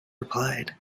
replied